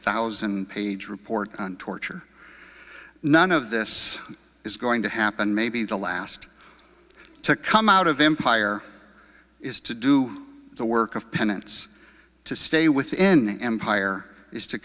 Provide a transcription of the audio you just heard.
thousand page report torture none of this is going to happen maybe the last to come out of empire is to do the work of penance to stay within an empire is to